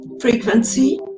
frequency